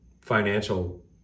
financial